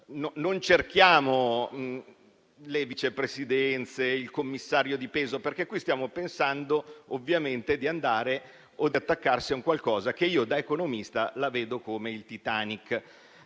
non cerchiamo le vicepresidenze, il commissario di peso, perché stiamo pensando di attaccarci a un qualcosa che io, da economista, vedo come il Titanic